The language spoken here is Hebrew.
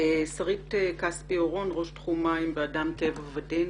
שרית כספי אורון, ראש תחום מים באדם טבע ודין.